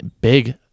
big